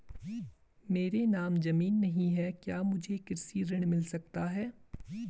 मेरे नाम ज़मीन नहीं है क्या मुझे कृषि ऋण मिल सकता है?